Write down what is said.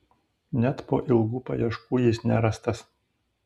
net po ilgų paieškų jis nerastas